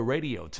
Radio